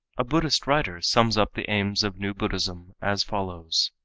a buddhist writer sums up the aims of new buddhism as follows